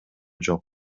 жок